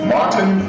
Martin